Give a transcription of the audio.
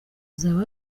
uzaba